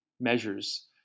measures